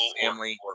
family